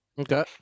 Okay